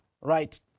Right